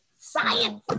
Science